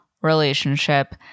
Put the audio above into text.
relationship